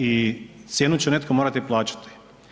I cijenu će netko morati plaćati.